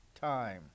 time